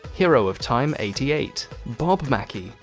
hero of time eighty eight, bob mackie,